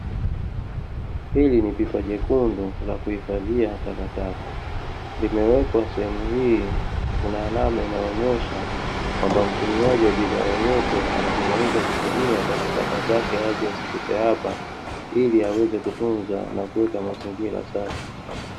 Hili ni pipa jekundu la kuhifadhia takataka, imeweka sehemu hii kuna alama inaonyesha kwamba mtumiaji wa bidhaa yoyote anapomaliza kutumia basi taka zake aje azitupe hapa. Ili aweze kutunza na kuweka mazingira safi.